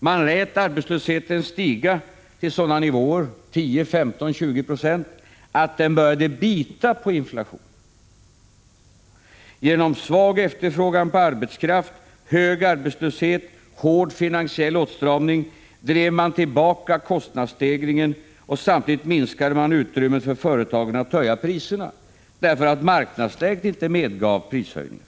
Man lät arbetslösheten stiga till sådana nivåer — 10, 15, 20 90 —- att den började bita på inflationen. Genom svag efterfrågan på arbetskraft, hög arbetslöshet och hård finansiell åtstramning drev man tillbaka kostnadsstegringen, och samtidigt minskade man utrymmet för företagen att höja priserna därför att marknadsläget inte medgav prishöjningar.